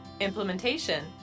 implementation